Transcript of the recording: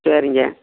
சரிங்க